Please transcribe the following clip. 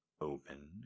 Open